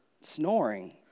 snoring